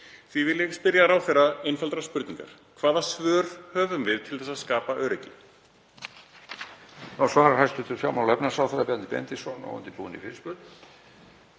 Því vil ég spyrja ráðherra einfaldrar spurningar: Hvaða svör höfum við til að skapa öryggi?